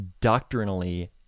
doctrinally